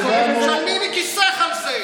תשלמי מכיסך על זה.